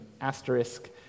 asterisk